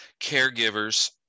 caregivers